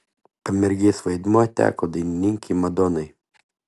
pamergės vaidmuo teko dainininkei madonai